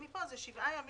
הוא לא יהיה זכאי.